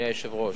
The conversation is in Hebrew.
אדוני היושב-ראש,